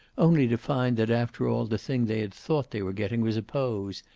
only to find that after all the thing they had thought they were getting was a pose,